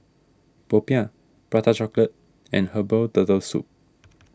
Popiah Prata Chocolate and Herbal Turtle Soup